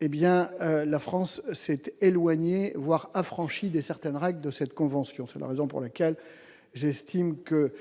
la France s'était éloignés, voire affranchi de certaines règles de cette convention, c'est la raison pour laquelle j'estime que